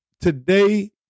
today